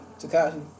Takashi